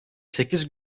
sekiz